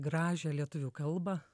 gražią lietuvių kalbą